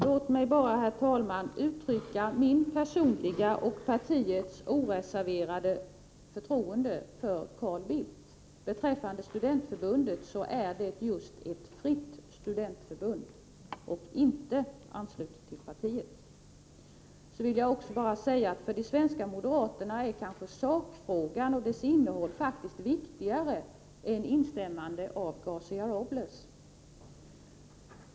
Herr talman! Låt mig bara uttrycka min personliga och partiets oreserverade förtroende för Carl Bildt. Beträffande Moderata studentförbundet, så är det just ett fritt studentförbund och inte anslutet till partiet. Jag vill också säga att för oss svenska moderater är kanske sakfrågan och dess innehåll faktiskt viktigare än instämmande av Garcia Robles.